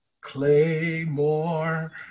Claymore